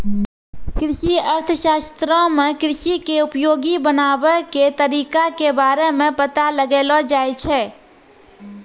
कृषि अर्थशास्त्रो मे कृषि के उपयोगी बनाबै के तरिका के बारे मे पता लगैलो जाय छै